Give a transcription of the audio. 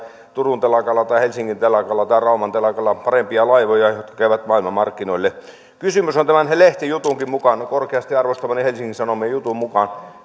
turun telakalla tai helsingin telakalla tai rauman telakalla tehdään parempia laivoja jotka käyvät maailmanmarkkinoille kysymys on tämän lehtijutunkin mukaan korkeasti arvostamani helsingin sanomien jutun mukaan